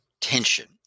tension